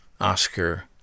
Oscar